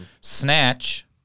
Snatch